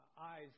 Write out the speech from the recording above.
eyes